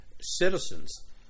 citizens